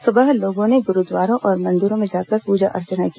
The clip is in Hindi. सुबह लोगों ने गुरूद्वारों और मंदिरों में जाकर पूजा अर्चना की